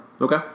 Okay